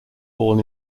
born